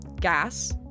gas